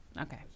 Okay